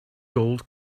gold